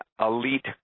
elite